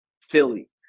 Philly